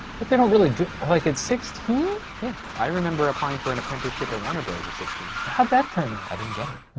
but they don't really, like at sixteen? yeah. i remember applying for an apprenticeship at warner bros at sixteen. how'd that turn out? i didn't get it. oh.